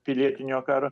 pilietinio karo